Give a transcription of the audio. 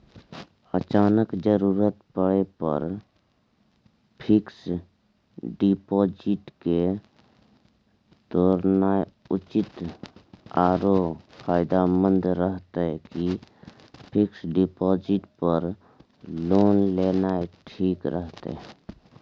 अचानक जरूरत परै पर फीक्स डिपॉजिट के तोरनाय उचित आरो फायदामंद रहतै कि फिक्स डिपॉजिट पर लोन लेनाय ठीक रहतै?